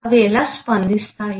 అవి ఎలా స్పందిస్తాయి